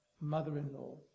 mother-in-law